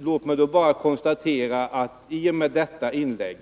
Herr talman! Låt mig bara konstatera att i och med sitt inlägg